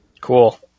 Cool